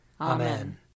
Amen